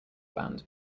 band